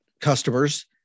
customers